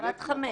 הפרקליט?